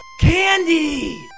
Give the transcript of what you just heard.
Candy